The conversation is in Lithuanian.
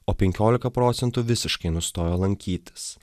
o penkiolika procentų visiškai nustojo lankytis